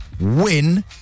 WIN